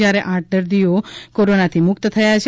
જ્યારે આઠ દર્દીઓ કોરોના મુક્ત થયા છે